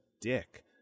dick